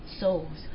souls